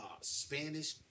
Spanish